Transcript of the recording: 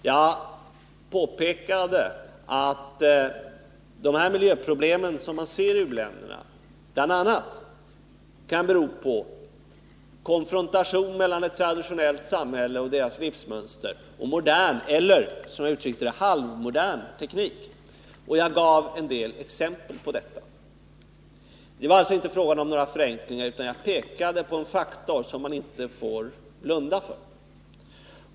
Jag påpekade att de miljöproblem som vi ser i u-länderna bl.a. kan bero på konfrontation mellan ett traditionellt samhälle med dess livsmönster och en modern eller — som jag uttryckte det — halvmodern teknik. Och jag gav en del exempel på detta. Det var alltså inte fråga om någon förenkling, utan jag pekade på en faktor som man inte får blunda för.